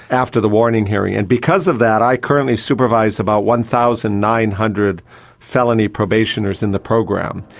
after the warning hearing. and because of that i currently supervise about one thousand nine hundred felony probationers in the program.